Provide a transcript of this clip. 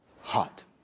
Hot